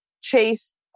chase